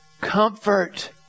comfort